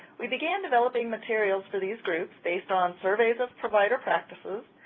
we began developing materials for these groups based on surveys of provider practices,